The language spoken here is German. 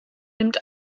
nimmt